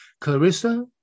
Clarissa